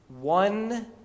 one